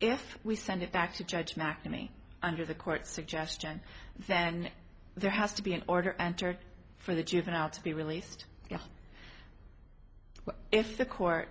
if we send it back to judge mcnamee under the court suggestion then there has to be an order entered for the juvenile to be released yet if the court